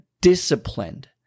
disciplined